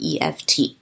EFT